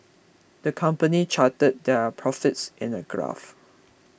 the company charted their profits in a graph